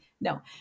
No